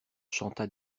chanta